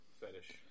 fetish